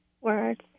words